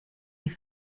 die